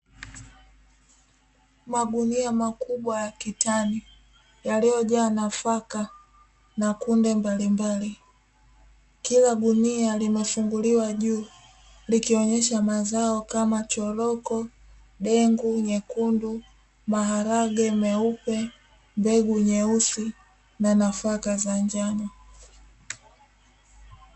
Magunia makubwa ya kitani yaliyojaa nafaka na kunde mbalimbali, kila gunia limefunguliwa juu likionyesha mazao kama choroko, dengu nyekundu, maharage meupe, mbegu nyeusi na nafaka za njano.